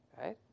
right